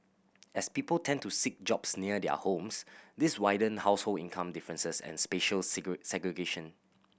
as people tend to seek jobs near their homes this widen household income differences and spatial segregation